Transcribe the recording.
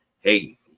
hey